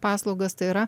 paslaugas tai yra